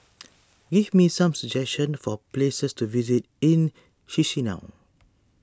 give me some suggestions for places to visit in Chisinau